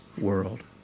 world